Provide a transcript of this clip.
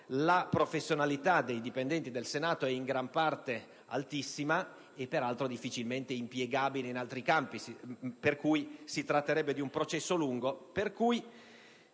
la professionalità dei dipendenti del Senato è in gran parte altissima e, peraltro, difficilmente impiegabile in altri campi, per cui si tratterebbe di un processo lungo,